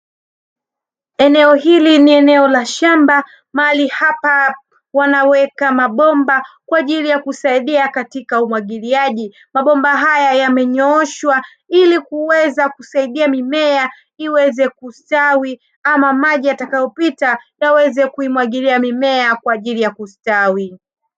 Eneo hili ni eneo la shamba mahali hapa wanaweka mabomba kwa ajili ya kusaidia katika umwagiliaji. Mabomba haya yamenyooshwa ili kuweza kusaidia mimea iweze kustawi ama maji yatakayopita yaweze kuimwagilia mimea kwa ajili ya kustawi.